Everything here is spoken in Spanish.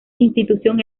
institución